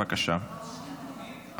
בבקשה,